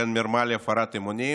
בין מרמה להפרת אמונים